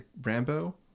Rambo